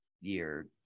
year